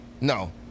No